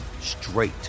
straight